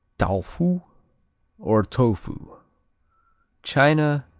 tao-foo or tofu china,